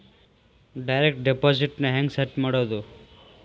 Direct deposit ನ ಹೆಂಗ್ set ಮಾಡೊದು?